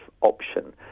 option